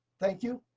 thank you.